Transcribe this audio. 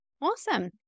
Awesome